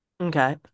okay